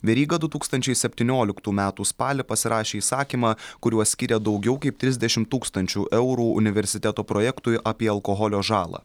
veryga du tūkstančiai septynioliktų metų spalį pasirašė įsakymą kuriuo skyrė daugiau kaip trisdešim tūkstančių eurų universiteto projektui apie alkoholio žalą